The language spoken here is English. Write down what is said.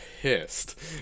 pissed